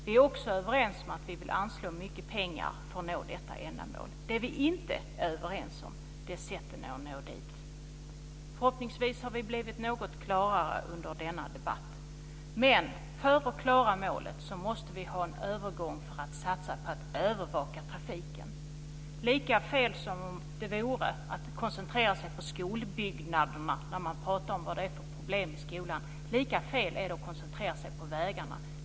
Vi är också överens om att vi vill anslå mycket pengar för att nå detta ändamål. Det vi inte är överens om är sätten att nå dit. Förhoppningsvis har det blivit något klarare under denna debatt. Men för att klara målet måste vi övergå till att satsa på att övervaka trafiken. Lika fel som det vore att koncentrera sig på skolbyggnaderna när man pratar om problem i skolan vore det att koncentrera sig på vägarna här.